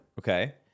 Okay